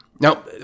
Now